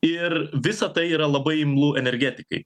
ir visa tai yra labai imlu energetikai